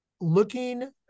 Looking